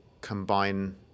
combine